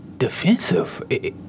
defensive